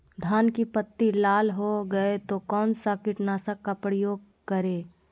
धान की पत्ती लाल हो गए तो कौन सा कीटनाशक का प्रयोग करें?